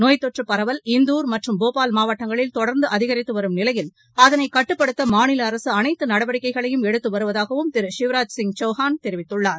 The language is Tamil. நோய் தொற்று பரவல் இந்தூர் மற்றும் போபால் மாவட்டங்களில் தொடர்ந்து அதிகரித்து வரும் நிலையில் அதனை கட்டுப்படுத்த மாநில அரசு அனைத்து நடவடிக்கைகளையும் எடுத்து வருவதாகவும் திரு சிவ்ராஜ் சிங் சௌஹான் தெரிவித்துள்ளார்